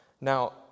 Now